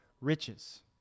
Riches